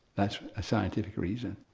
that's a scientific reason.